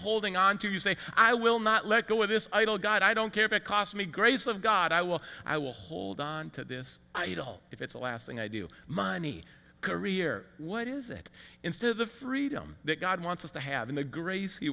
holding on to you say i will not let go of this idle god i don't care if it cost me grace of god i will i will hold on to this if it's the last thing i do money career what is it instead of the freedom that god wants us to have in the grace he